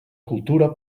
cultura